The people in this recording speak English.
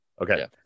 Okay